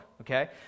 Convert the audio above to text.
okay